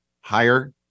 higher